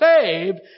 saved